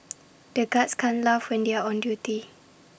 the guards can't laugh when they are on duty